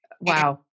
Wow